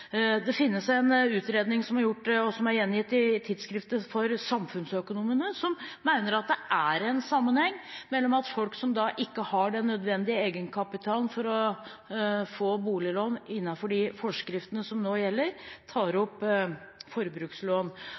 Det finnes en utredning som er gjengitt i et tidsskrift for samfunnsøkonomer, som mener det er en sammenheng mellom det at folk som ikke har den nødvendige egenkapitalen for å få boliglån i henhold til de forskriftene som nå gjelder, tar opp forbrukslån.